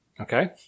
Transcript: okay